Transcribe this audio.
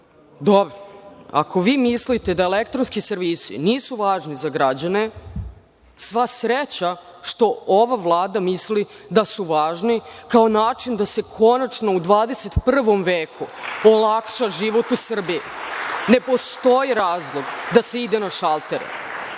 ovde. Dobro, ako vi mislite da elektronski servisi nisu važni za građane, sva sreća što ova Vlada misli da su važni, kao način da se konačno u 21. veku olakša život u Srbiji. Ne postoji razlog da se ide na šaltere,